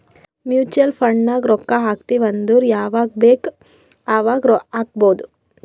mutual fund ನಾಗ್ ರೊಕ್ಕಾ ಹಾಕ್ತಿವ್ ಅಂದುರ್ ಯವಾಗ್ ಬೇಕ್ ಅವಾಗ್ ಹಾಕ್ಬೊದ್